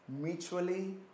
mutually